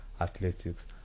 athletics